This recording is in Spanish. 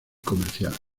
comercial